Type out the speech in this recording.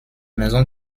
maison